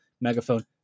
Megaphone